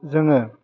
जोङो